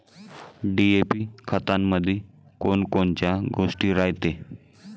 DAP खतामंदी कोनकोनच्या गोष्टी रायते?